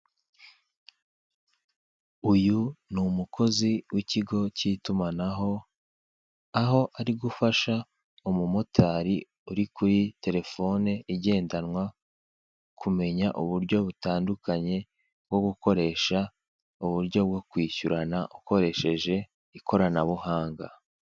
Uyu n'umukozi w'ikigo cy'itumanaho aho ari gufasha umumotari uri kuri telefone igendanwa kumenya uburyo butandukanye bwo gukoresha uburyo kwishyurana ukoresheje ikoranabuhanga.